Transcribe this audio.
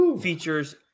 features